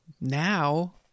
Now